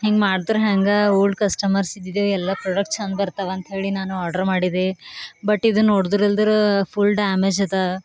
ಹಿಂಗೆ ಮಾಡ್ದ್ರೆ ಹೆಂಗೆ ಓಲ್ಡ್ ಕಸ್ಟಮರ್ಸಿದಿದೆ ಎಲ್ಲ ಪ್ರೊಡಕ್ಟ್ ಚಂದ ಬರ್ತವಂತ್ಹೇಳಿ ನಾನು ಆರ್ಡ್ರ್ ಮಾಡಿದೆ ಬಟ್ ಇದನ್ನು ನೋಡ್ದ್ರೆ ಇಲ್ದಿರ ಫುಲ್ ಡ್ಯಾಮೇಜ್ ಅದ